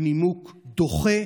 הוא נימוק דוחה.